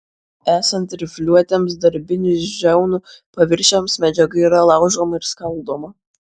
esant rifliuotiems darbinių žiaunų paviršiams medžiaga yra laužoma ir skaldoma